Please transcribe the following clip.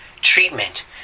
treatment